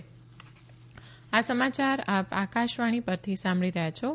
corona appeal આ સમાચાર આપ આકાશવાણી પરથી સાંભળી રહ્યા છો